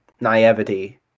naivety